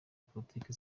politiki